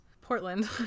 Portland